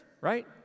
right